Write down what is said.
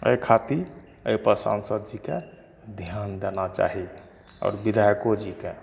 एहि खातिर एहिपर सांसदजीके ध्यान देना चाही आओर बिधायको जीके